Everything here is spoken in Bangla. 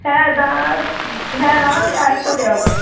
হ্যাঁ দাঁড়া হ্যাঁ দাঁড়াবি একসাথে যাব